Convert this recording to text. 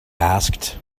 asked